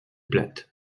plate